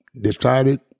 decided